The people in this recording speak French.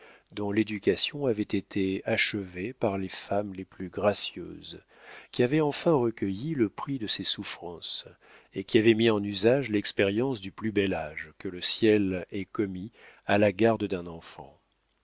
dont l'éducation avait été achevée par les femmes les plus gracieuses qui avait enfin recueilli le prix de ses souffrances et qui avait mis en usage l'expérience du plus bel ange que le ciel ait commis à la garde d'un enfant